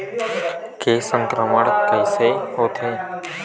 के संक्रमण कइसे होथे?